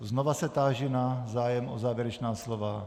Znova se táži na zájem o závěrečná slova.